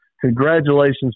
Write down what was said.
congratulations